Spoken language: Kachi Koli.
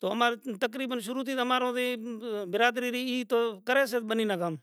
توں امارے تقریباً شروع تھی امارو اے برادری ای تو کریشے بننی نا کام۔